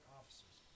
officers